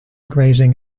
grazing